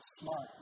smart